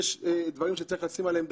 ויש דברים שצריך לשים עליהם דגש: